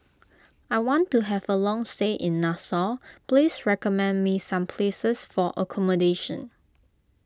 I want to have a long stay in Nassau please recommend me some places for accommodation